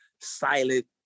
silent